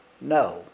No